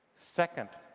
second,